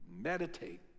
meditate